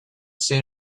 soon